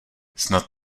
snad